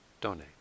donate